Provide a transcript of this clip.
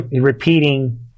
repeating